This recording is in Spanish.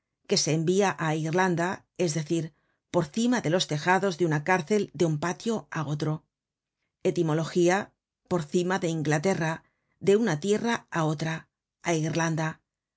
que se envia á irlanda es decir por cima de los tejados de una cárcel de un patio á otro etimología por cima de inglaterra de una tierra á otra á irlanda